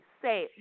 say